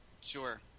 sure